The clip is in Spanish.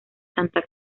santa